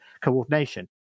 coordination